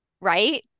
Right